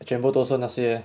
全部都是那些